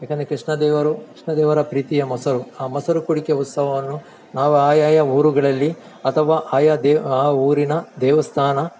ಯಾಕಂದರೆ ಕೃಷ್ಣ ದೇವರು ಕೃಷ್ಣ ದೇವರ ಪ್ರೀತಿಯ ಮೊಸರು ಆ ಮೊಸರು ಕುಡಿಕೆ ಉತ್ಸವವನ್ನು ನಾವು ಆಯಾಯ ಊರುಗಳಲ್ಲಿ ಅಥವಾ ಆಯಾ ದೇ ಆ ಊರಿನ ದೇವಸ್ಥಾನ